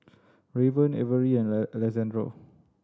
Raven Avery and Alexandro